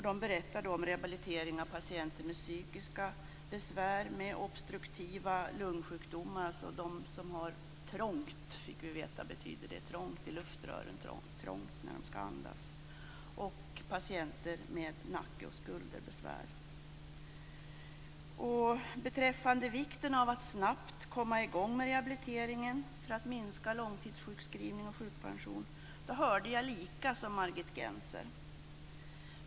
De berättade om rehabilitering av patienter med psykiska besvär, med obstruktiva lungsjukdomar - det är de som har trångt i luftrören, trångt när de skall andas, fick vi veta - och patienter med nack och skulderbesvär. Beträffande vikten av att snabbt komma i gång med rehabiliteringen, för att minska långtidssjukskrivning och sjukpension hörde jag detsamma som Margit Gennser.